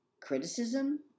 Criticism